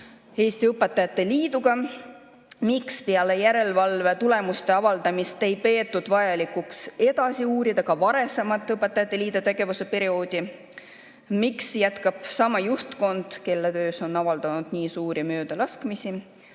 Eesti Õpetajate Liiduga? Miks peale järelevalve tulemuste avaldamist ei peetud vajalikuks edasi uurida ka varasemat õpetajate liidu tegevuse perioodi? Miks jätkab sama juhtkond, kelle töös on avaldunud nii suuri möödalaskmisi?